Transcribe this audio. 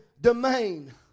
domain